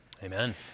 Amen